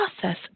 process